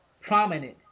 prominent